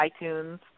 iTunes